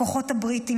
הכוחות הבריטיים,